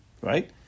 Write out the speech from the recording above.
right